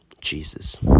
Jesus